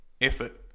effort